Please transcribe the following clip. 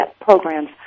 programs